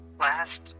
Last